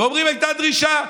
ואומרים: הייתה הדרישה,